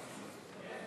מרצ,